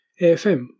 AFM